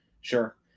sure